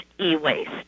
e-waste